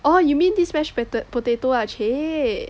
oh you mean this mash potato ah chey